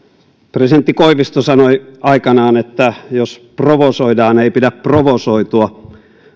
presidentti koivisto sanoi aikoinaan että jos provosoidaan ei pidä provosoitua